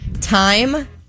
Time